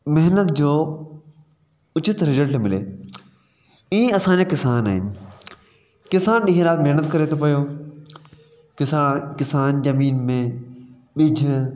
महिनत जो उचित रिजल्ट मिले ईअं ई असांजा किसान आहिनि किसान ॾींहुं राति महिनत करे थो पियो किसान किसान ज़मीन में बीज